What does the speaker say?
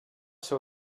ser